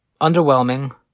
underwhelming